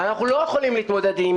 אנחנו לא יכולים להתמודד עם טרור.